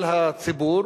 על הציבור,